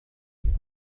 كبيرة